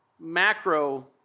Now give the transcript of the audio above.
macro